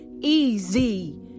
easy